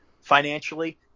financially